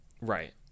Right